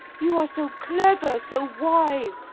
you are so clever, so wise,